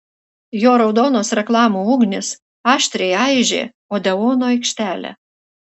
jo raudonos reklamų ugnys aštriai aižė odeono aikštelę